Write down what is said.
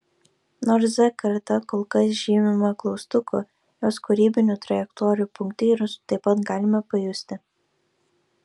nors z karta kol kas žymima klaustuku jos kūrybinių trajektorijų punktyrus taip pat galime pajusti